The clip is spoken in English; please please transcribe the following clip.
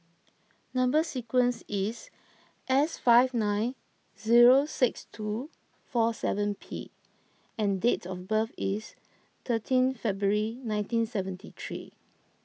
Number Sequence is S five nine zero six two four seven P and date of birth is thirteen February nineteen seventy three